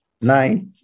nine